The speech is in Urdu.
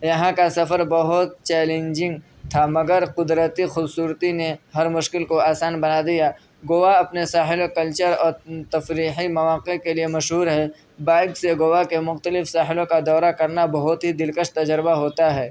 یہاں کا سفر بہت چیلنجنگ تھا مگر قدرتی خوبصورتی نے ہر مشکل کو آسان بنا دیا گوا اپنے ساحل و کلچر اور تفریحی مواقع کے لیے مشہور ہے بائک سے گوا کے مختلف ساحلوں کا دورہ کرنا بہت ہی دلکش تجربہ ہوتا ہے